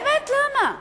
באמת, למה?